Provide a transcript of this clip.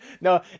No